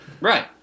right